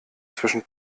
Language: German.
zwischen